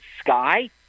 Sky